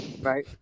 Right